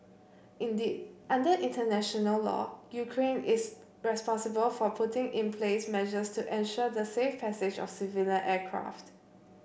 indeed under international law Ukraine is responsible for putting in place measures to ensure the safe passage of civilian aircraft